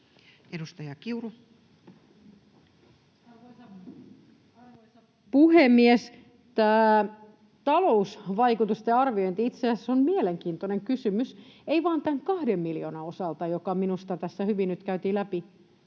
Content: Arvoisa puhemies! Tämä talousvaikutusten arviointi on itse asiassa mielenkiintoinen kysymys, ei vain tämän kahden miljoonan osalta, joka minusta tässä nyt käytiin hyvin